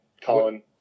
Colin